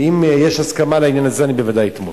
ואם יש הסכמה לעניין הזה, אני בוודאי אתמוך.